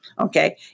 Okay